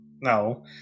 No